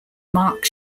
mark